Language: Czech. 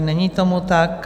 Není tomu tak.